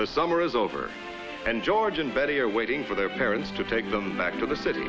but summer is over and george and betty are waiting for their parents to take them back to the city